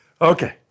Okay